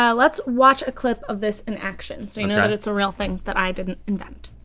yeah let's watch a clip of this in action so you know that it's a real thing that i didn't invent.